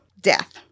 death